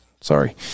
Sorry